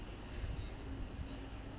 it's